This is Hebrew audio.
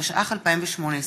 התשע"ח 2018,